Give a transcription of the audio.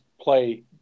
play